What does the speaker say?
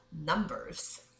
numbers